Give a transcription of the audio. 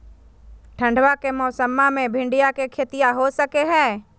ठंडबा के मौसमा मे भिंडया के खेतीया हो सकये है?